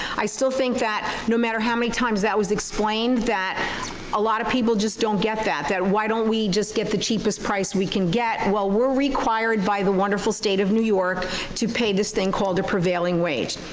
i still think that no matter how many times that was explained, that a lot of people just don't get that that why don't we just get the cheapest price we can get? well, we're required by the wonderful state of new york to pay this thing called a prevailing wage.